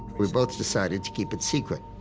we both decided to keep it secret,